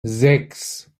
sechs